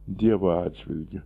dievo atžvilgiu